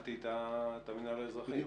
שאלתי את המינהל האזרחי.